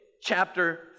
chapter